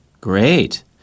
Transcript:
Great